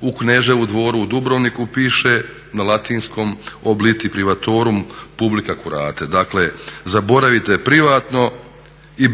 u Kneževu dvoru u Dubrovniku piše na latinskom Obliti privatorum publica curate, dakle zaboravite privatno i